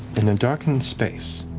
in a darkened space,